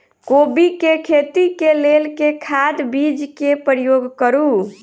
कोबी केँ खेती केँ लेल केँ खाद, बीज केँ प्रयोग करू?